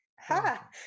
Ha